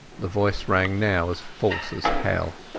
the voice rang now as false as hell.